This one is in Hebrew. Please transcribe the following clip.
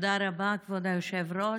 תודה רבה, כבוד היושב-ראש.